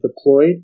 deployed